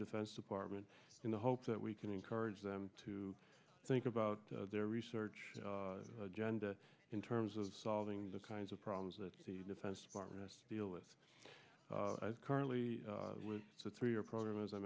defense department in the hope that we can encourage them to think about their research agenda in terms of solving the kinds of problems that the defense department deal with currently with the three year program as i